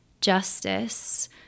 justice